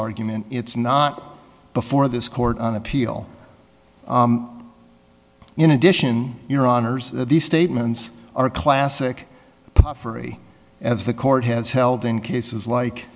argument it's not before this court on appeal in addition your honour's these statements are classic puffery as the court has held in cases like